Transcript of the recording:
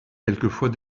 quelquefois